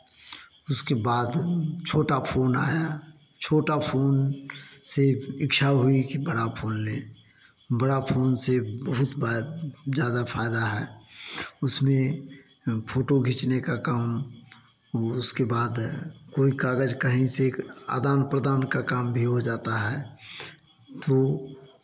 उसके बाद छोटा फ़ोन आया छोटा फ़ोन से इच्छा हुई की बड़ा फ़ोन ले बड़ा फोन से बहुत बाद ज़्यादा फ़ायदा है उसमें फोटो खींचने का काम उसके बाद कोई कागज़ कहीं से आदान प्रदान का काम भी हो जाता है तो